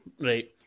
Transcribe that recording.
right